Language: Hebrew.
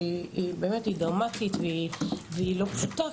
שהיא באמת דרמטית והיא לא פשוטה.